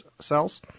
cells